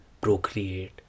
procreate